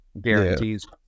guarantees